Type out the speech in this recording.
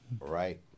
Right